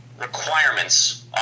requirements